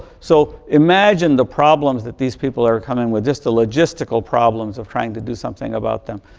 so, imagine the problems that this people are coming with. just the logistical problems of trying to do something about them.